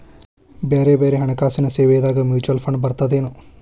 ಬ್ಯಾರೆ ಬ್ಯಾರೆ ಹಣ್ಕಾಸಿನ್ ಸೇವಾದಾಗ ಮ್ಯುಚುವಲ್ ಫಂಡ್ಸ್ ಬರ್ತದೇನು?